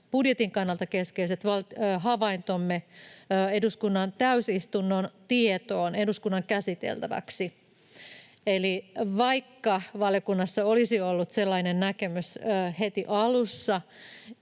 budjetin kannalta keskeiset havaintomme eduskunnan täysistunnon tietoon eduskunnan käsiteltäväksi. Eli vaikka valiokunnassa olisi ollut näkemys heti alussa